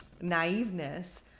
naiveness